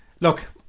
Look